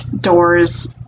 doors